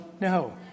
no